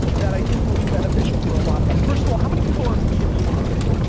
that i think will be beneficial for a lot of us. first of all, how many people are in b two b marketing?